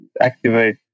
activate